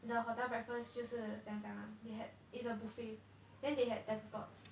the hotel breakfast 就是怎样讲 ah they had its a buffet then they had